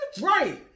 right